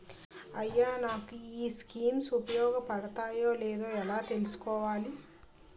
అయ్యా నాకు ఈ స్కీమ్స్ ఉపయోగ పడతయో లేదో ఎలా తులుసుకోవాలి?